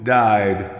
died